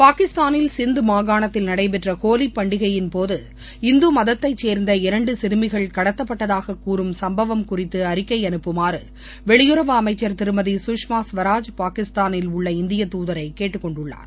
பாகிஸ்தானில் சிந்த் மாகாணத்தில் நடைபெற்ற ஹோலிப் பண்டிகையின்போது இந்து மதத்தை சேர்ந்த இரண்டு சிறுமிகள் கடத்தப்பட்டதாக கூறும் சம்பவம் குறித்து அறிக்கை அனுப்புமாறு வெளியுறவு அமைச்சர் திருமதி சுஷ்மா சுவராஜ் பாகிஸ்தானில் உள்ள இந்தியத்துதரை கேட்டுக்கொண்டுள்ளார்